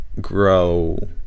grow